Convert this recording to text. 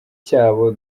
cyabo